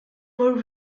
were